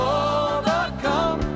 overcome